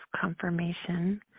confirmation